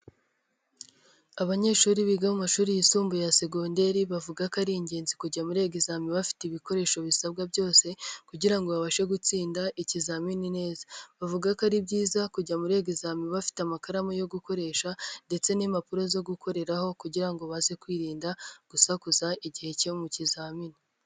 Abanyeshuri biga mu mashuri yisumbuye segondeire bavuga ko ari ingenzi kujya muri exami bafite ibikoresho bisabwa byose kugira ngo babashe gutsinda ikizamini neza, bavuga ko ari byiza kujya muri exami bafite amakaramu yo gukoresha ndetse n'impapuro zo gukoreraho kugira ngo baze kwirinda gusakuza igihe cyo mu kizamini.